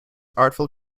artful